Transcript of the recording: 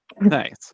Nice